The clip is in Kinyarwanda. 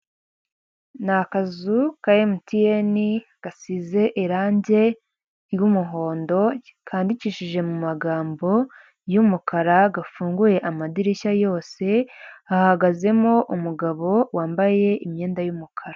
Ni akazu ka MTN gasize irangi ry’umuhondo, kandikishije mu magambo y’umukara, gafunguye amadirishya yose hahagazemo umugabo wambaye imyenda y’umukara.